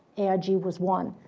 aig was one.